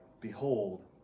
Behold